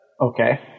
Okay